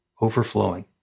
overflowing